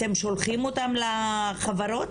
אתם שולחים אותן לחברות?